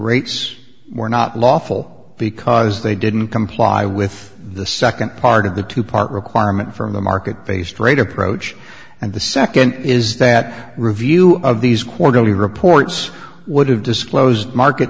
rates were not lawful because they didn't comply with the second part of the two part requirement from the market based rate approach and the second is that review of these mortality reports would have disclosed market